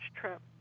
trip